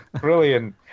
Brilliant